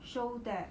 show that